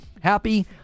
Happy